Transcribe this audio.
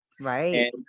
Right